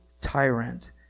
tyrant